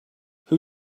who